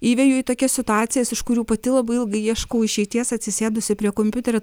įveju į tokias situacijas iš kurių pati labai ilgai ieškau išeities atsisėdusi prie kompiuterio